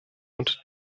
und